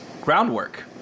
groundwork